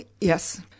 Yes